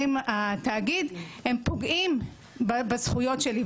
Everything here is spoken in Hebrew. שמעבירים התאגיד הם פוגעים בזכויות שלי.